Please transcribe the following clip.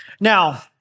Now